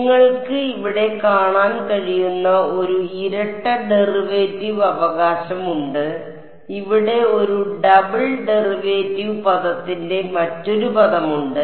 നിങ്ങൾക്ക് ഇവിടെ കാണാൻ കഴിയുന്ന ഒരു ഇരട്ട ഡെറിവേറ്റീവ് അവകാശമുണ്ട് ഇവിടെ ഒരു ഡബിൾ ഡെറിവേറ്റീവ് പദത്തിന്റെ മറ്റൊരു പദമുണ്ട്